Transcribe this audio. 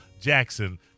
Jackson